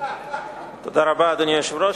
תודה רבה, אדוני היושב-ראש.